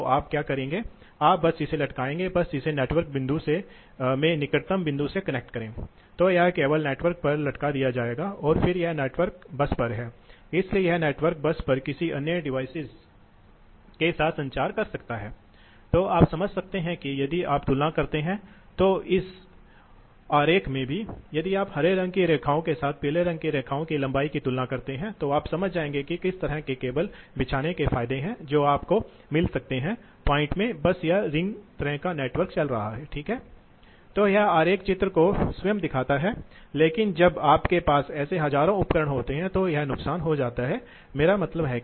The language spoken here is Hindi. तो आप जिस औसत प्रवाह को बदल सकते हैं केवल Ton में वृद्धि करके केवल Ton और Toff को बदलकर ये हैं यह शायद सबसे सरल तरीका है आपको कुछ भी नहीं चाहिए आपको ज़रूरत है आपको केवल मोटर Motor और शक्ति मोटर Motorऔर पंखे की आपको वैसे भी आवश्यकता होती है लेकिन जहाँ तक मोटरMotorको चलाने के लिए उपकरणों का संबंध है आपको कुछ भी नहीं चाहिए आपको बस मोटरMotor चालू करने की ज़रूरत है एक निश्चित आवृत्ति पर मोटरMotor को एक निश्चित दर पर बंद करें इसके लिए भी आपको कुछ चाहिए उपकरण लेकिन यह बहुत सरल है